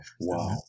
wow